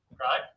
right